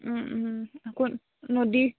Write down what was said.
আকৌ নদী